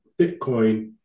Bitcoin